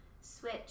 switch